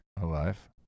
alive